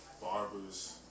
barbers